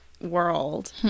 world